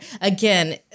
again